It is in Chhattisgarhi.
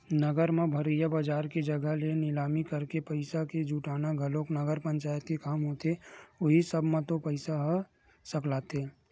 नगर म भरइया बजार के जघा के निलामी करके पइसा के जुटाना घलोक नगर पंचायत के काम होथे उहीं सब म तो पइसा ह सकलाथे